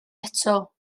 eto